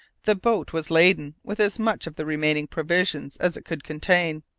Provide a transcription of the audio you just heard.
the boat was laden with as much of the remaining provisions as it could contain,